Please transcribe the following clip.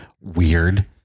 weird